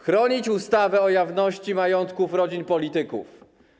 Chronić ustawę o jawności majątków rodzin polityków.